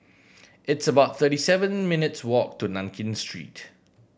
it's about thirty seven minutes' walk to Nankin Street